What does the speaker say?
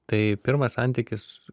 tai pirmas santykis